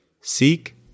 Seek